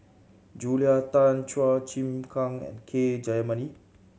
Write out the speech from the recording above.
Julia Tan Chua Chim Kang and K Jayamani